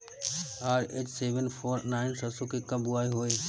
RH seven four nine सरसो के कब बुआई होई?